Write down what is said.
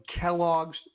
Kellogg's